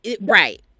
right